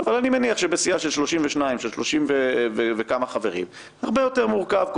אבל אני מניח שבסיעה של שלושים ומשהו חברים הסיפור הרבה יותר מורכב.